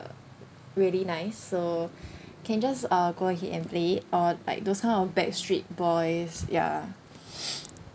uh really nice so can just uh go ahead and play or like those kind of backstreet boys ya